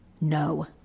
No